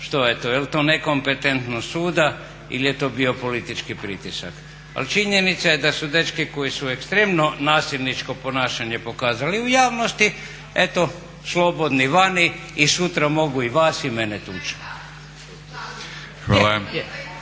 što je to? Je li to nekompetentnost suda ili je to bio politički pritisak? Ali činjenica je da su dečki koji su ekstremno nasilničko ponašanje pokazali u javnosti eto slobodni vani i sutra mogu i vas i mene tući.